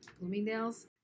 Bloomingdale's